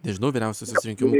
nežinau vyriausiosios rinkimų